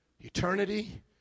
eternity